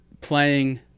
playing